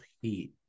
heat